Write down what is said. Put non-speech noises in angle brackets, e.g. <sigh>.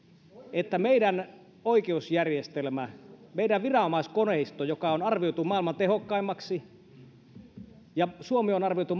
että kun meidän oikeusjärjestelmämme meidän viranomaiskoneistomme on arvioitu maailman tehokkaimmaksi ja suomi on arvioitu <unintelligible>